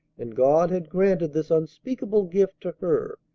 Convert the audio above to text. and god had granted this unspeakable gift to her!